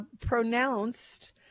pronounced